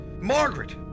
Margaret